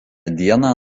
dieną